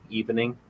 evening